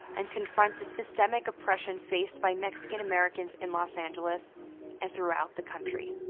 and confront the systemic oppression faced by mexican-americans in los angeles and throughout the country.